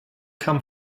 come